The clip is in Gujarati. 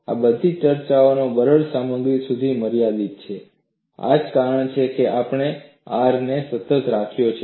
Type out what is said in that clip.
આ બધી ચર્ચાઓ બરડ સામગ્રી સુધી મર્યાદિત છે આ જ કારણ છે કે આપણે આ R ને સતત રાખ્યા છે